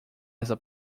essa